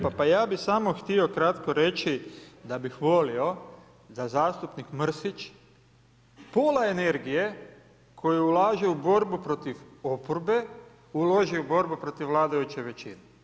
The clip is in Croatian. Pa ja bi samo htio kratko reći da bih volio da zastupnik Mrsić pola energije koju ulaže u borbu protiv oporbe, uloži u borbu protiv vladajuće većine.